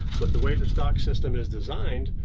but the way the stock system is designed,